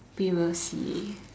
we will see